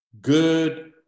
Good